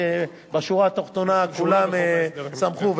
שבשורה התחתונה כולם שמחו,